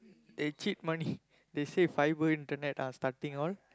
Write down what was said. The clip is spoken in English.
they cheat money they say fibre internet ah starting all